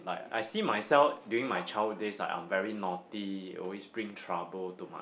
I see myself during my childhood days like I'm very naughty always bring trouble to my